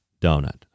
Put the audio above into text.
donut